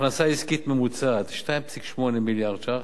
הכנסה עסקית ממוצעת, 2.8 מיליארד ש"ח,